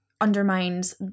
undermines